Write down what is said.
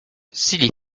silly